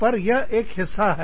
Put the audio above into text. पर यह एक हिस्सा है